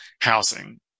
housing